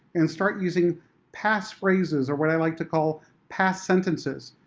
and start using pass phrases, or what i like to call pass sentences.